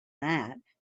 that